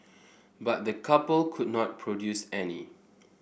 but the couple could not produce any